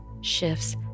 shifts